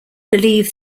believe